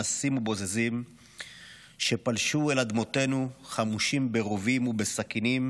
אנסים ובוזזים שפלשו לאדמותינו חמושים ברובים ובסכינים,